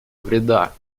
вреда